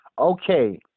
Okay